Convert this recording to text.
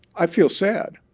i feel sad